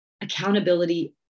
accountability